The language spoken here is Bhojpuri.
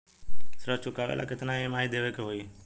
ऋण चुकावेला केतना ई.एम.आई देवेके होई?